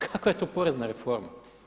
Kakva je to porezna reforma?